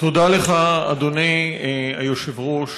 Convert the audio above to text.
תודה לך, אדוני היושב-ראש.